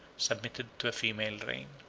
submitted to a female reign.